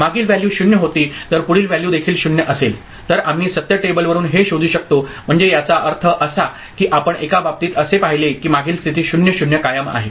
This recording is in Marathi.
मागील व्हॅल्यू 0 होती तर पुढील व्हॅल्यू देखील 0 असेल तर आम्ही सत्य टेबलवरून हे शोधू शकतो म्हणजे याचा अर्थ असा की आपण एका बाबतीत असे पाहिले की मागील स्थिती 0 0 कायम आहे